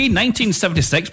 1976